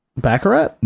Baccarat